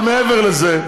אבל מעבר לזה,